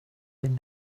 been